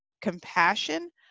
compassion